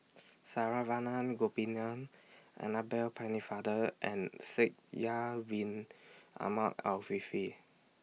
Saravanan Gopinathan Annabel Pennefather and Shaikh Yahya Win Ahmed Afifi